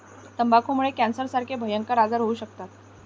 तंबाखूमुळे कॅन्सरसारखे भयंकर आजार होऊ शकतात